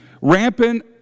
Rampant